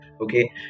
Okay